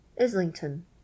Islington